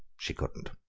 she couldn't.